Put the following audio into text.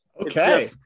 Okay